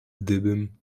gdybym